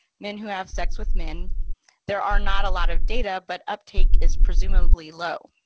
men who have sex with men there are not a lot of data, but uptake is presumably low.